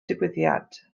digwyddiad